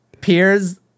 peers